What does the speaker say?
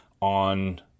on